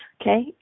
Okay